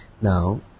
Now